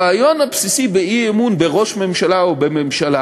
הרעיון הבסיסי באי-אמון בראש ממשלה או בממשלה